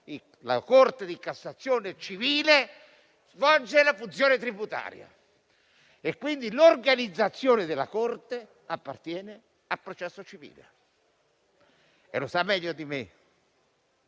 La Corte di cassazione civile svolge la funzione tributaria e quindi l'organizzazione della Corte appartiene al processo civile e lo sa meglio di me.